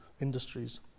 industries